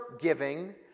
giving